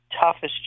toughest